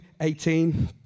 18